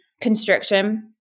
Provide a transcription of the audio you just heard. constriction